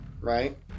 right